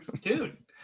Dude